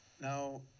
Now